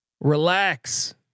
Relax